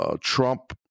Trump